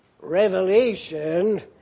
Revelation